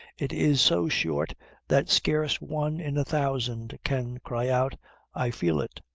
it is so short that scarce one in a thousand can cry out i feel it,